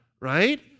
right